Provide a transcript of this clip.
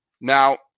Now